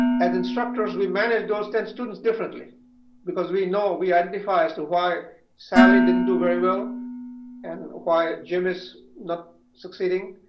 as instructors we manage those ten students differently because we know we identify as to why sally didn't do very well and why jim is not succeeding.